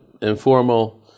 informal